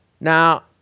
Now